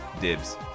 Dibs